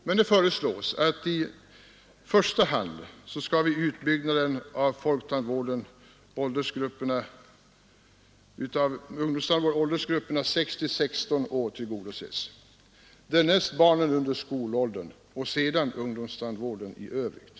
Men det föreslås att i första hand skall vid utbyggnaden av folktandvården åldersgrupperna 6—16 år tillgodoses, Nr 93 därnäst barnen under skolåldern och sedan ungdomstandvården i övrigt.